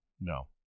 no